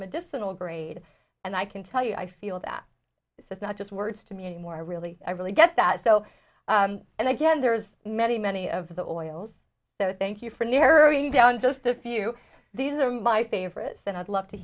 medicinal grade and i can tell you i feel that it's not just words to me anymore i really i really get that so and again there's many many of the oils that i thank you for narrowing down just a few these are my favorites and i'd love to